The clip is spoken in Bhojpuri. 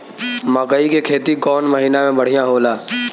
मकई के खेती कौन महीना में बढ़िया होला?